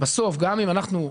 בסוף גם אם אנחנו,